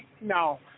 No